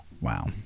Wow